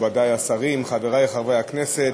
מכובדי השרים, חברי חברי הכנסת,